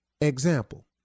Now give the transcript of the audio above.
Example